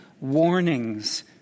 warnings